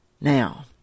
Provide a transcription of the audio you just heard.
Now